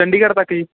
ਚੰਡੀਗੜ੍ਹ ਤੱਕ ਜੀ